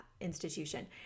institution